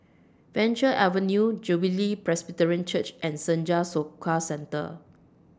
Venture Avenue Jubilee Presbyterian Church and Senja Soka Centre